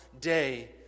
day